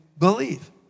believe